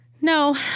No